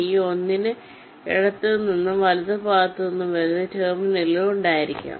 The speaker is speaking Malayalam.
ഈ 1 ന് ഇടത്തുനിന്നും വലതുഭാഗത്തുനിന്നും വരുന്ന ടെർമിനലുകൾ ഉണ്ടായിരിക്കാം